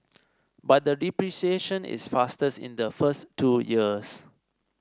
but the depreciation is fastest in the first two years